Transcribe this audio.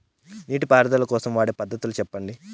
నీటి పారుదల కోసం వాడే పద్ధతులు సెప్పండి?